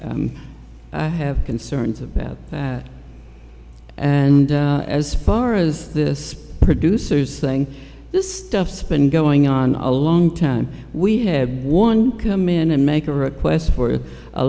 have concerns about and as far as this producer's thing this stuff's been going on a long time we had one come in and make a request for a